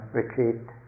retreat